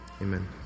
amen